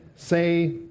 Say